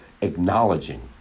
acknowledging